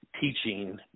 teaching